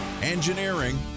engineering